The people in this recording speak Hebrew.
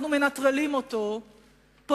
ולנטרל אותו לפני שזה קורה,